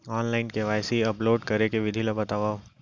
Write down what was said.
Online KYC upload करे के विधि ला बतावव?